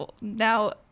now